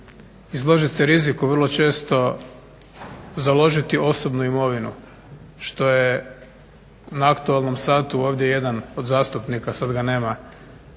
izložit se riziku, vrlo često založiti osobnu imovinu što je na aktualnom satu ovdje jedan od zastupnika, sad ga nema,